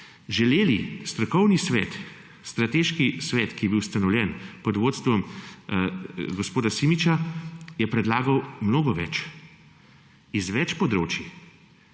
predlogih. Strokovni svet, strateški svet, ki je bil ustanovljen pod vodstvom gospoda Simiča, je predlagal mnogo več, z več področij,